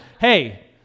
Hey